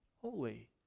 holy